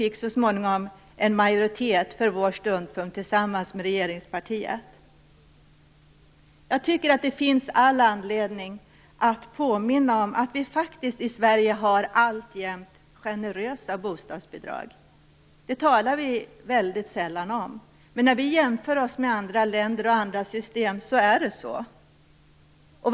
Jag tycker att det finns all anledning att påminna om att vi i Sverige alltjämt har generösa bostadsbidrag. Det talar vi väldigt sällan om, men när vi jämför oss med andra länder och andra system finner vi att det är så.